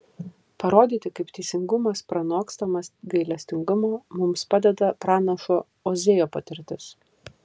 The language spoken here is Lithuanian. parodyti kaip teisingumas pranokstamas gailestingumo mums padeda pranašo ozėjo patirtis